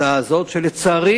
שלצערי